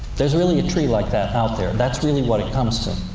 there's really a tree like that out there. that's really what it comes to.